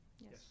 yes